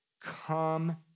come